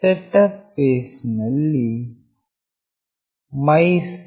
set up phase ನಲ್ಲಿ mySerial